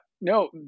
No